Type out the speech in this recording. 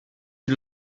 une